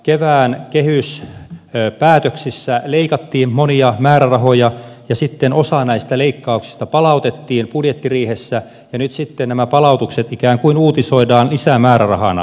kevään kehyspäätöksissä leikattiin monia määrärahoja ja sitten osa näistä leikkauksista palautettiin budjettiriihessä ja nyt sitten nämä palautukset ikään kuin uutisoidaan lisämäärärahana